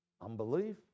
Unbelief